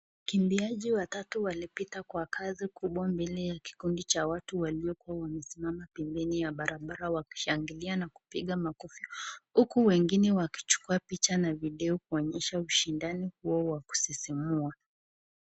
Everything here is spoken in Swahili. Wakimbiaji watatu walipita kwa kasi kubwa mbele ya kikundi cha watu waliokuwa wamesimama pembeni ya barabara wakishangilia na kupiga makofi, huku wengine wakichukua picha na video kuonyesha huo ushindani wa kusisimua .